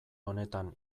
honetan